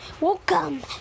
Welcome